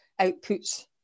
outputs